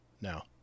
now